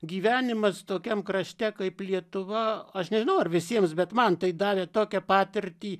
gyvenimas tokiam krašte kaip lietuva aš nežinau ar visiems bet man tai davė tokią patirtį